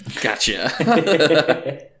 Gotcha